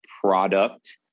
product